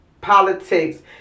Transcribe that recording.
politics